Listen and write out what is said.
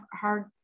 hard